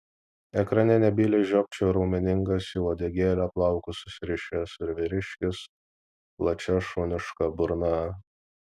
ekrane nebyliai žiopčiojo raumeningas į uodegėlę plaukus susirišęs vyriškis plačia šuniška burna